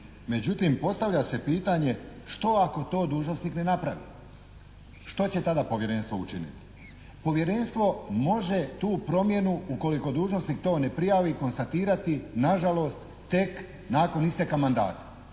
Međutim, postavlja se pitanje što ako to dužnosnik ne napravi? Što će tada Povjerenstvo učiniti? Povjerenstvo može tu promjenu ukoliko dužnosnik to ne prijavi konstatirati na žalost tek nakon isteka mandata,